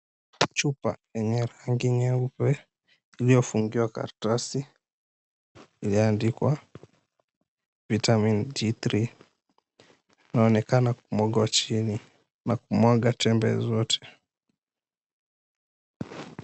Chupa nyeupe ilio fungiwa karatasi ilio andikwa vitamini D3 inaonekana kumwaga chini na kumwaga tembe zote.